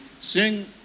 sing